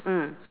mm